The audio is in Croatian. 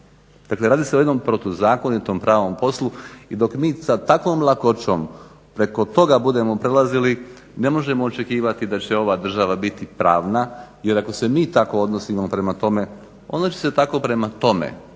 Dakle, radi se o jednom protuzakonitom pravnom poslu. I dok mi sa takvom lakoćom preko toga budemo prelazili ne možemo očekivati da će ova država biti pravna. Jer ako se mi tako odnosimo prema tome, onda će se tako prema tome,